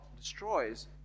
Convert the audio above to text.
destroys